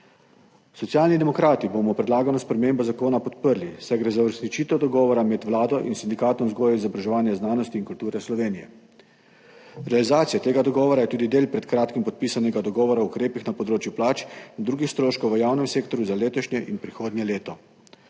Socialni demokrati bomo predlagano spremembo zakona podprli, saj gre za uresničitev dogovora med Vlado in Sindikatom vzgoje in izobraževanja, znanosti in kulture Slovenije. Realizacija tega dogovora je tudi del pred kratkim podpisanega dogovora o ukrepih na področju plač in drugih stroškov v javnem sektorju za letošnje in prihodnje leto.